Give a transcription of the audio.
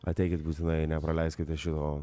ateikit būtinai nepraleiskite šito